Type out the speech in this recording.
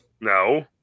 No